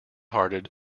hearted